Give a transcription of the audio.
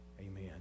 Amen